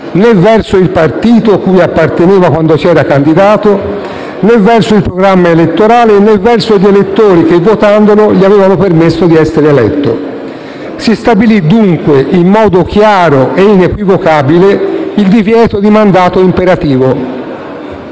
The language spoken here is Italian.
né verso il partito cui apparteneva quando si era candidato, né verso il programma elettorale, né verso gli elettori che, votandolo, gli avevano permesso di essere eletto. Si stabilì dunque, in modo chiaro e inequivocabile, il divieto di mandato imperativo.